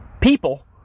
people